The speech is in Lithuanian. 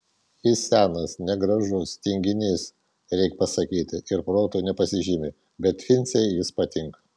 jis senas negražus tinginys reik pasakyti ir protu nepasižymi bet vincei jis patinka